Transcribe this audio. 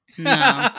No